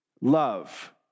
love